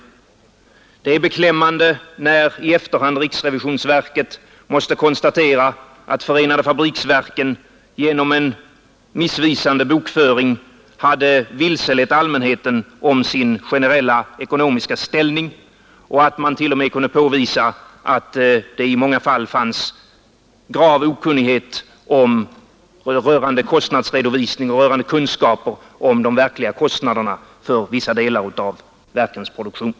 Det är beklämmande när i efterhand riksrevisionsverket måste konstatera att förenade fabriksverken genom en missvisande bokföring hade vilselett allmänheten om sin generella ekonomiska ställning och när man t.o.m. kunde påvisa att det i många fall fanns grav okunnighet om kostnadsredovisning och om de verkliga kostnaderna för vissa delar av verkens produktion.